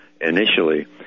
initially